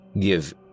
Give